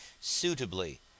suitably